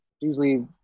usually